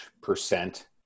percent